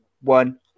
One